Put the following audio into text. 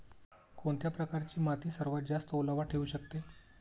कोणत्या प्रकारची माती सर्वात जास्त ओलावा ठेवू शकते?